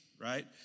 right